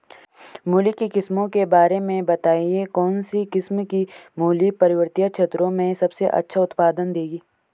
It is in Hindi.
मूली की किस्मों के बारे में बताइये कौन सी किस्म की मूली पर्वतीय क्षेत्रों में सबसे अच्छा उत्पादन देंगी?